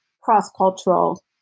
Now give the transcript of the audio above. cross-cultural